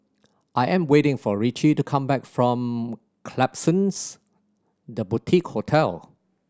I am waiting for Ritchie to come back from Klapsons The Boutique Hotel